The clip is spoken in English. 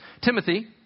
Timothy